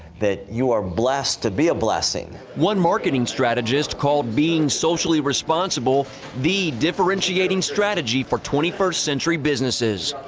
that you are blessed to be a blessing. one marketing strategist called being socially responsible the differentiating strategy for twenty first century businesses.